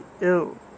ill